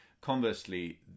conversely